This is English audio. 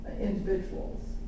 Individuals